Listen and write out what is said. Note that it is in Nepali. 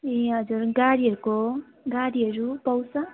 ए हजुर गाडीहरूको गाडीहरू पाउँछ